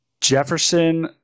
Jefferson